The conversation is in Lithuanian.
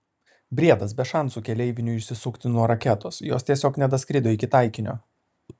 briedas be šansų keleiviniui išsisukti nuo raketos jos tiesiog nedaskrido iki taikinio